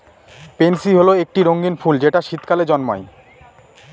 pansy হল একটি রঙ্গীন ফুল যেটা শীতকালে জন্মায়